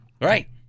Right